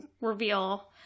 reveal